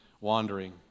wandering